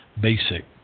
basic